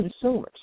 consumers